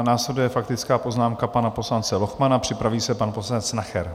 Následuje faktická poznámka pana poslance Lochmana, připraví se pan poslanec Nacher.